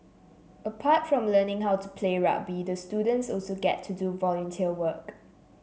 apart from learning how to play rugby the students also get to do volunteer work